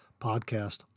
podcast